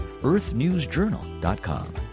earthnewsjournal.com